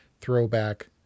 throwback